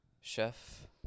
chef